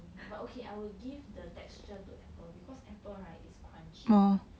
but okay I will give the texture to apple because apple right is crunchy